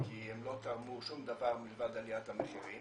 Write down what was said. כי הם לא טעמו שום דבר מלבד עליית המחירים